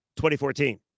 2014